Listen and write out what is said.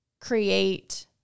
create